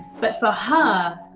but for her,